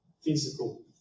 physical